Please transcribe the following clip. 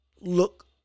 look